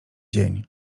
dzień